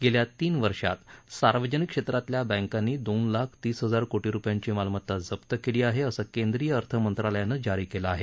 गेल्या तीन वर्षात सार्वजनिक क्षेत्रातल्या बँकांनी दोन लाख तीस हजार कोटी रुपयांची मालमता जप्त केली आहे असं केंद्रीय अर्थमंत्रालयानं जारी केलं आहे